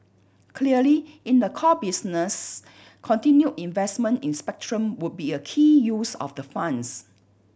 clearly in the core business continued investment in spectrum would be a key use of the funds